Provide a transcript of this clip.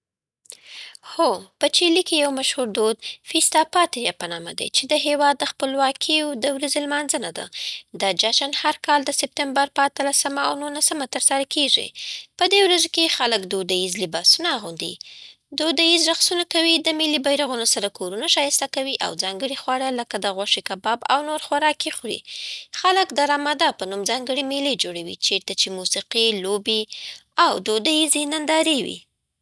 هو، په چیلي کې یو مشهور دود فیسټا پاتریا په نامه دی، چې د هېواد د خپلواکۍ د ورځې لمانځنه ده. دا جشن هر کال د سپتمبر په اتلسمه او نولسمه ترسره کېږي. په دې ورځو کې خلک دودیز لباسونه اغوندي، دودیز رقصونه کوي، د ملي بیرغونو سره کورونه ښایسته کوي، او ځانګړي خواړه لکه د غوښې کباب او نور خوراکي خوري. خلک د رامادا په نوم ځانګړي مېلې جوړوي، چیرته چې موسیقي، لوبې، او دودیزې نندارې وي.